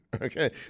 okay